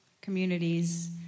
communities